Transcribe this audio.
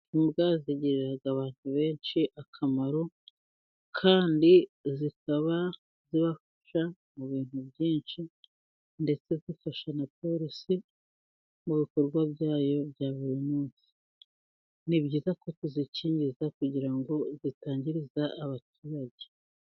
Imbwa zigirira abantu benshi akamaro, kandi zikaba zibafasha mu bintu byinshi, ndetse zifasha na polisi mu bikorwa byayo bya buri munsi, ni byiza ko tuzikingiza kugira ngo zitangiriza abaturage.